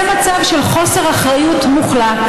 זה מצב של חוסר אחריות מוחלט,